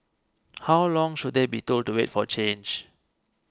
how long should they be told to wait for change